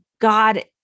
God